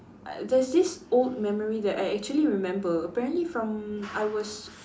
uh there's this old memory that I actually remember apparently from I was